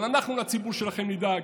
אבל אנחנו לציבור שלכם נדאג.